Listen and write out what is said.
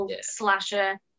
slasher